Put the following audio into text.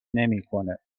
نمیکنه